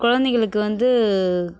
குழந்தைகளுக்கு வந்து